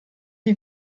die